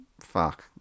Fuck